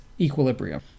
equilibrium